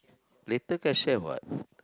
later can share what